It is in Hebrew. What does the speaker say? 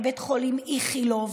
בבית חולים איכילוב,